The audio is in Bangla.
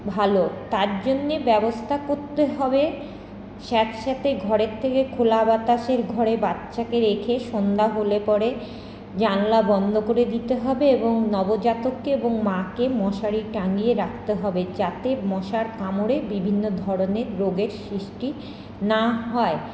ভালো তারজন্যে ব্যবস্থা করতে হবে স্যাঁতসেঁতে ঘরের থেকে খোলা বাতাসের ঘরে বাচ্চাকে রেখে সন্ধ্যা হলে পরে জানলা বন্ধ করে দিতে হবে এবং নবজাতককে এবং মাকে মশারি টাঙিয়ে রাখতে হবে যাতে মশার কামড়ে বিভিন্ন ধরনের রোগের সৃষ্টি না হয়